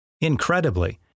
Incredibly